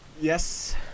Yes